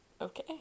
Okay